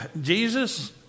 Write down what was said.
Jesus